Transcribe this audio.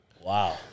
Wow